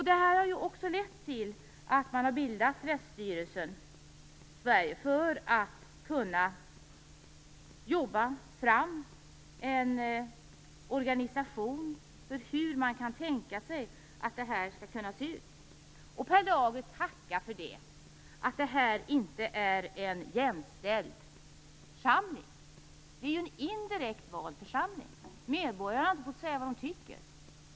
Det här har lett till att man bildat Väststyrelsen för att kunna arbeta fram en organisation för hur man kan tänka sig att det hela skall kunna se ut. Per Lager, tacka för det, att detta inte är en jämställd församling! Den är ju indirekt vald. Medborgarna har inte fått säga vad de tycker.